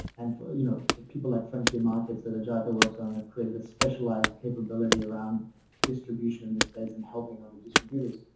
and for, you know, the people like frontier markets that ajaita works on it created the specialized capability around distribution in the space and helping other distributors.